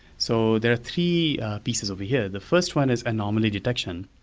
so there are three pieces over here, the first one is anomaly detection,